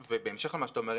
בהמשך למה שאתה אומר,